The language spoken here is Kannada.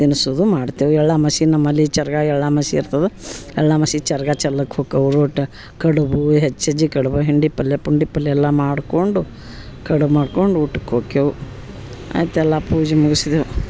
ತಿನ್ಸೋದು ಮಾಡ್ತೇವೆ ಎಳ್ಳು ಅಮಾಸೆ ನಮ್ಮಲ್ಲಿ ಚರಗ ಎಳ್ಳು ಅಮಾಸೆ ಇರ್ತದೆ ಎಳ್ಳು ಅಮಾಸೆ ಚರಗ ಚೆಲ್ಲಕ್ಕ ಹೋಕವು ರೊಟ್ಟಿ ಕಡುಬು ಹೆಚ್ಚೆಜ್ಜಿ ಕಡುಬು ಹಿಂಡಿ ಪಲ್ಯ ಪುಂಡಿ ಪಲ್ಯ ಎಲ್ಲ ಮಾಡಿಕೊಂಡು ಕಡುಬು ಮಾಡ್ಕೊಂಡು ಊಟಕ್ಕೆ ಹೊಕ್ಕೇವು ಆಯಿತೆಲ್ಲ ಪೂಜೆ ಮುಗಿಸಿದೆವು